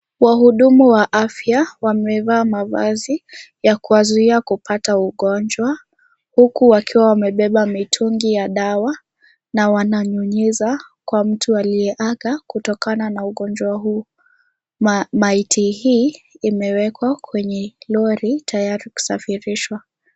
Wahudumu wa afya wamevaa mavazi ya kuwazuia kupata ugonjwa huku wakiwa wamebeba mitungi ya dawa na wananyunyiza kwa mtu aliyeaga kutokana na ugonjwa huu. Maiti hii imewekwa kwenye lori tayari kusafirishwa.